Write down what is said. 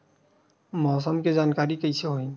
मौसम के जानकारी कइसे होही?